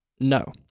no